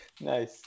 Nice